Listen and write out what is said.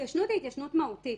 התיישנות היא התיישנות מהותית,